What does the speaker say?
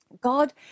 God